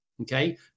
Okay